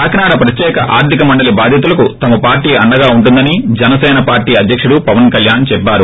కాకినాడ ప్రత్యేక ఆర్లిక మండలి బాధితులకు తమ పార్టీ అండగా ఉంటుందని జనసేన పార్టీ అధ్యకుడు పవన్ కల్యాణ్ చెప్పారు